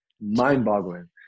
Mind-boggling